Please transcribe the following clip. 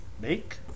make